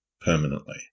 permanently